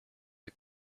the